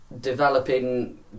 Developing